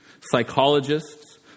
psychologists